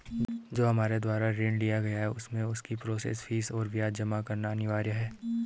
जो हमारे द्वारा ऋण लिया गया है उसमें उसकी प्रोसेस फीस और ब्याज जमा करना अनिवार्य है?